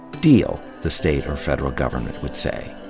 deal, the state or federal government would say.